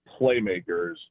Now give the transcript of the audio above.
playmakers